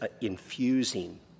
infusing